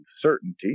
certainty